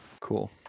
cool